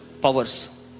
powers